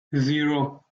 zero